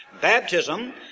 baptism